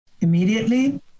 immediately